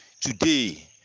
today